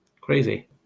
Crazy